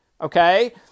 okay